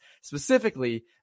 specifically